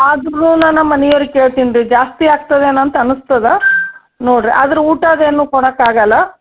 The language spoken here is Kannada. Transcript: ಆದ್ರೂ ನಾನು ನಮ್ಮ ಮನೆಯವ್ರಿಗೆ ಕೇಳ್ತೀನಿ ರೀ ಜಾಸ್ತಿ ಆಗ್ತದೇನೋ ಅಂತ ಅನಸ್ತದೆ ನೋಡಿ ರೀ ಆದ್ರೂ ಊಟ ಅದೇನೂ ಕೊಡೋಕ್ಕಾಗಲ್ಲ